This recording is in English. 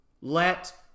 let